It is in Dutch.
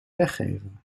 weggeven